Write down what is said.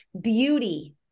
beauty